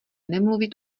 nemluvit